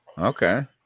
Okay